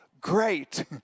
great